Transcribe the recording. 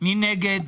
מי נגד?